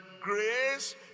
grace